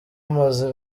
amaze